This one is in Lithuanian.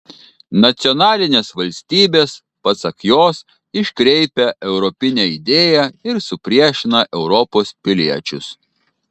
nacionalinės valstybės pasak jos iškreipia europinę idėją ir supriešina europos piliečius